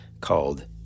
called